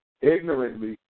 ignorantly